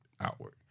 outward